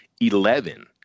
Eleven